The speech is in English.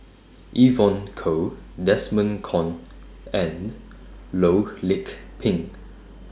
Evon Kow Desmond Kon and Loh Lik Peng